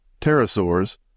pterosaurs